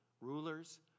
rulers